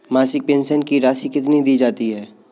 मासिक पेंशन की राशि कितनी दी जाती है?